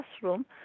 classroom